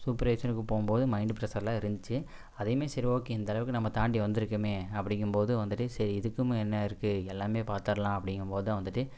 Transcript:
சூப்பர்வைஸருக்கு போகும்போது மைண்டு பிரஷர்லாம் இருந்துச்சு அதையுமே சரி ஓகே இந்தளவுக்கு நம்ம தாண்டி வந்திருக்கோமே அப்படிங்கும்போது வந்துவிட்டு சரி இதுக்கும் என்ன இருக்குது எல்லாமே பார்த்தர்லாம் அப்படிங்கும்போதுதான் வந்துவிட்டு